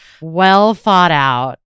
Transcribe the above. well-thought-out